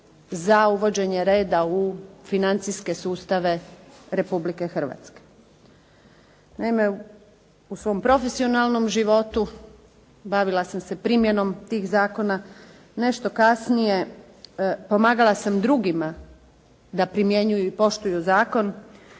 za uvođenje reda u financijske sustave Republike Hrvatske. Naime, u svom profesionalnom životu bavila sam se primjenom tih zakona. Nešto kasnije pomagala sam drugima da primjenjuju i poštuju zakon